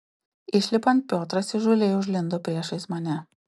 išlipant piotras įžūliai užlindo priešais mane